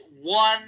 one